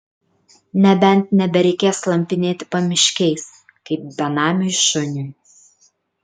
nebent nebereikės slampinėti pamiškiais kaip benamiui šuniui